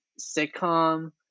sitcom